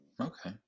Okay